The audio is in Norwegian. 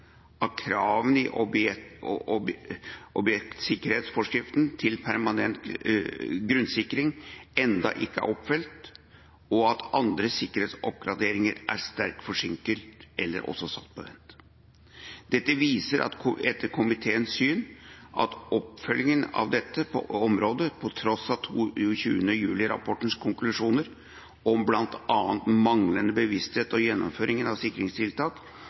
at kravene i objektsikkerhetsforskriften til permanent grunnsikring ennå ikke er oppfylt, og at andre sikkerhetsoppgraderinger er sterkt forsinket eller satt på vent. Dette viser, etter komiteens syn, at oppfølginga av dette området, til tross for 22. juli-rapportens konklusjoner om bl.a. manglende bevissthet om gjennomføringa av sikkerhetstiltak, ikke tas tilstrekkelig alvorlig. Komiteen mener at dette er kritikkverdig og ber regjeringa umiddelbart forsterke oppfølginga av